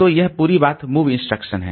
तो यह पूरी बात मूव इंस्ट्रक्शन है